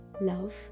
Love